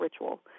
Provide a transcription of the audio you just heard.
ritual